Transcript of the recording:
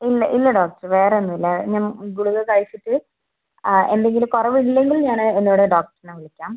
ഇല്ല ഇല്ല ഡോക്ടർ വേറെ ഒന്നുമില്ല ഞാൻ ഗുളിക കഴിച്ചിട്ട് എന്തെങ്കിലും കുറവില്ലെങ്കിൽ ഞാൻ ഒന്നുകൂടെ ഡോക്ടറിനെ വിളിക്കാം